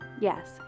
Yes